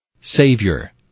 Savior